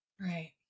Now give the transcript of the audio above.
Right